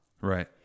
Right